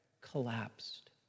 collapsed